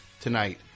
tonight